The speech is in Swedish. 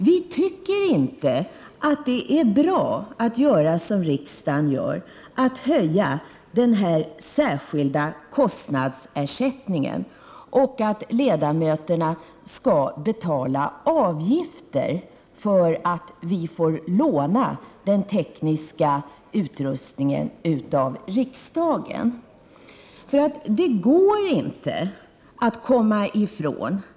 Vi tycker inte att det är bra att göra som riksdagen nu gör, dvs. att höja den särskilda kostnadsersättningen och att ledamöterna skall betala avgifter för att få låna den tekniska utrustningen av riksdagen. Det går inte att komma ifrån att Prot.